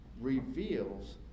reveals